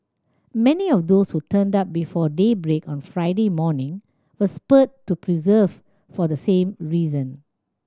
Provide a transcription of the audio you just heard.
many of those who turned up before daybreak on Friday morning were spurred to persevere for the same reason